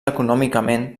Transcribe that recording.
econòmicament